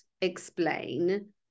explain